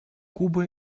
кубы